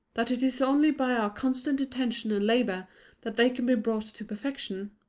that it is only by our constant attention and labour that they can be brought to perfection,